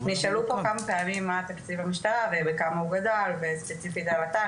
נשאלו פה כמה פעמים מה תקציב המשטרה ובכמה הוא גדל וספציפית על את"ן.